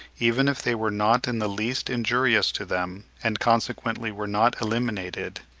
even if they were not in the least injurious to them and consequently were not eliminated,